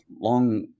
long